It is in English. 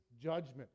judgment